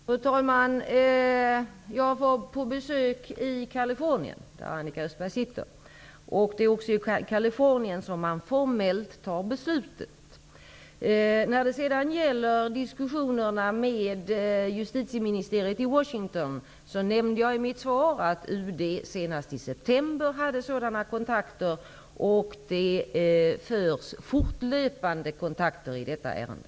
Fru talman! Jag var på besök i Kalifornien, där Annika Östberg sitter fängslad. Det är också i Kalifornien som man formellt fattar beslutet. Jag nämnde i mitt svar att UD senast i september hade kontakter med justitieministeriet i Washington. Det förekommer fortlöpande kontakter i detta ärende.